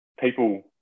people